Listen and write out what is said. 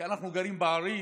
כי אנחנו גרים בערים,